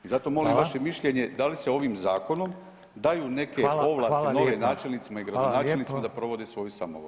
I Zato molim vaše mišljenje, da li se ovim zakonom [[Upadica Reiner: Hvala.]] daju neke ovlasti novim načelnicima i gradonačelnicima da provode svoju samovolju?